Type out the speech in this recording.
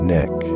neck